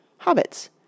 Hobbits